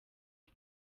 ubu